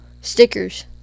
stickers